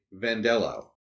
vandello